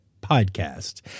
podcast